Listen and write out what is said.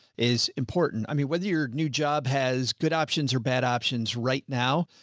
is important. i mean, whether your new job has good options or bad options right now,